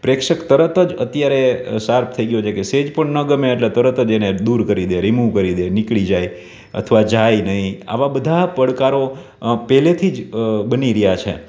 પ્રેક્ષક તરત જ અત્યારે શાર્પ થઈ ગયો છે કે સહેજ પણ ન ગમે એટલે તરત જ એને દૂર કરી દે રિમૂવ કરી દે નીકળી જાય અથવા જાય નહીં આવા બધા પડકારો પહેલેથી જ બની રહ્યા છે